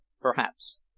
perhaps